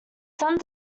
some